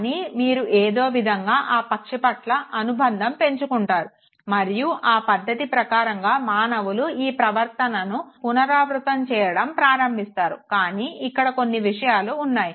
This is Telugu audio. కానీ మీరు ఏదో విధంగా ఆ పక్షి పట్ల అనుబంధం పెంచుకుంటారు మరియు ఆ పద్ధతి ప్రకారంగా మానవులు ఈ ప్రవర్తనను పునరావృతం చేయడం ప్రారంభిస్తారు కానీ ఇక్కడ కొన్ని విషయాలు ఉన్నాయి